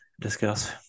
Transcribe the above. discuss